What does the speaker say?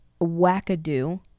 wackadoo